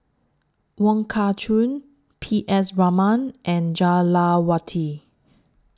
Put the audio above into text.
Wong Kah Chun P S Raman and Jah Lelawati